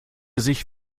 sich